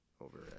over